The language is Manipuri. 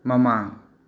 ꯃꯃꯥꯡ